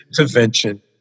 intervention